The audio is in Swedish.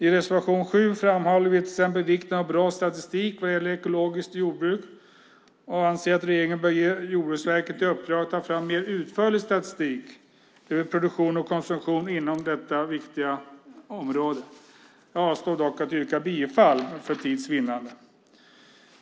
I reservation 7 framhåller vi vikten av bra statistik vad gäller ekologiskt jordbruk och anser att regeringen bör ge Jordbruksverket i uppdrag att ta fram mer utförlig statistik över produktion och konsumtion inom detta viktiga område. Jag avstår dock från att yrka bifall, för tids vinnande.